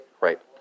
right